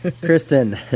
Kristen